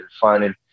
finding